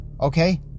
okay